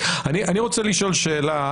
אני רוצה לשאול שאלה.